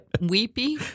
weepy